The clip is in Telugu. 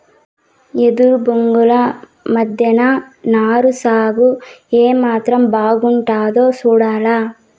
ఎదురు బొంగుల మద్దెన నారు సాగు ఏమాత్రం బాగుండాదో సూడాల